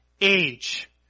age